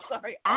sorry